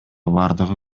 бардыгы